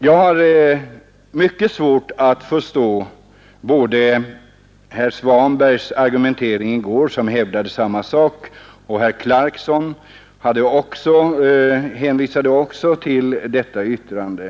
Jag har mycket svårt att förstå både herr Svanbergs argumentering i går, då han hävdade samma sak och herr Clarkson som också hänvisade till detta yttrande.